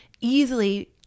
easily